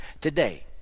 today